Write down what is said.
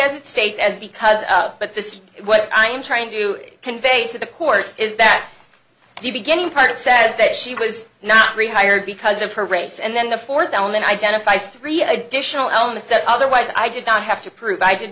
it states as because but this is what i'm trying to convey to the court is that the beginning part says that she was not rehired because of her race and then the fourth element identifies three additional elements that otherwise i did not have to prove i did